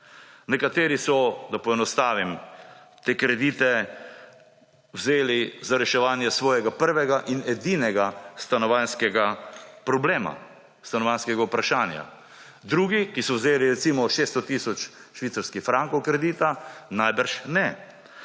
Nekateri so, da poenostavim, te kredite vzeli za reševanje svojega prvega in edinega stanovanjskega problema, stanovanjskega vprašanja. Drugi, ki so vzeli, recimo, 600 tisoč švicarskih frankov kredita, najbrž ne.